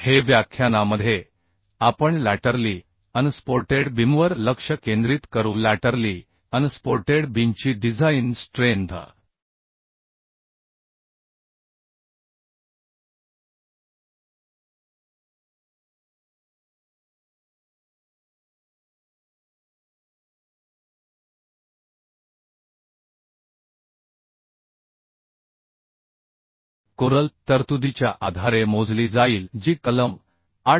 हे व्याख्यानामधे आपण लॅटरली अनसपोर्टेड बिमवर लक्ष केंद्रित करु लॅटरली अनसपोर्टेड बीमची डिझाइन स्ट्रेंथ कोरल तरतुदीच्या आधारे मोजली जाईल जी कलम 8